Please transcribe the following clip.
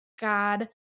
God